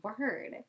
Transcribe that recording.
word